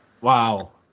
Wow